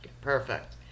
Perfect